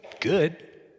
good